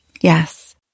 Yes